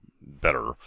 better